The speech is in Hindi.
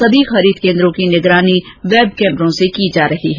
सभी खरीद केन्द्र ककी निगरानी वेब कैमरों से की जा रही है